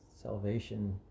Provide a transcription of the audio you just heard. salvation